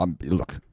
Look